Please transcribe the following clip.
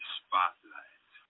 spotlight